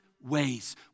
ways